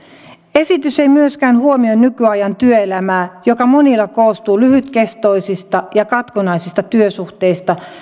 esitys ei myöskään huomioi nykyajan työelämää joka monilla koostuu lyhytkestoisista ja katkonaisista työsuhteista